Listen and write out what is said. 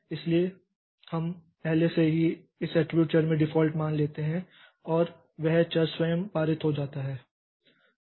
इसलिए हम पहले से ही इस एट्रिब्यूट चर में डिफ़ॉल्ट मान लेते हैं और वह चर स्वयं पारित हो जाता है